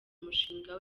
umushinga